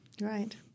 Right